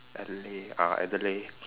Adelaide ah Adelaide